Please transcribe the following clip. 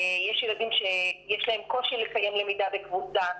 יש ילדים שיש להם קושי לקיים למידה בקבוצה,